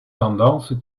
tendances